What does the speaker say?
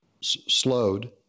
slowed